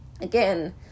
again